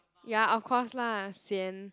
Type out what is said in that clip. yea of course lah sian